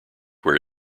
where